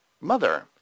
mother